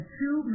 two